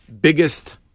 biggest